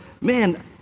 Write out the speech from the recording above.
man